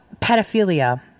pedophilia